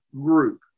group